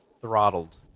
throttled